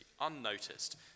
unnoticed